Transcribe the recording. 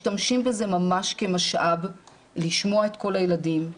אנחנו משתמשים בזה ממש כמשאב לשמוע את כל הילדים,